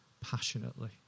passionately